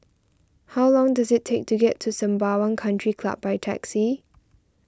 how long does it take to get to Sembawang Country Club by taxi